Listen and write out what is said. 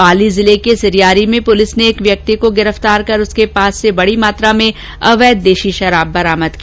पाली जिले के सिरयारी में पुलिस ने एक व्यक्ति को गिरफ्तार कर उसके पास से बड़ी मात्रा में अवैध देशी शराब बरामद की